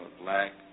black